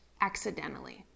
accidentally